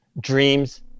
dreams